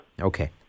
Okay